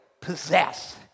possess